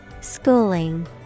schooling